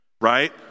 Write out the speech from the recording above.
right